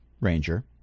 Ranger